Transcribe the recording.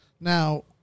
Now